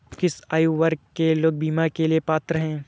किस आयु वर्ग के लोग बीमा के लिए पात्र हैं?